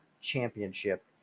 Championship